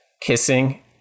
kissing